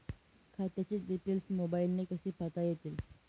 खात्याचे डिटेल्स मोबाईलने कसे पाहता येतील?